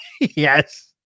yes